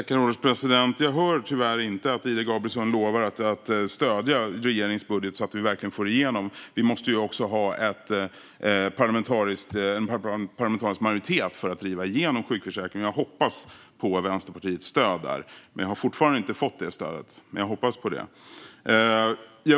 Herr ålderspresident! Jag hör tyvärr inte att Ida Gabrielsson lovar att stödja regeringens budget så att vi verkligen får igenom den. Vi måste ju också ha en parlamentarisk majoritet för att driva igenom sjukförsäkringen. Jag hoppas på Vänsterpartiets stöd där. Jag har fortfarande inte fått det stödet, men jag hoppas på det.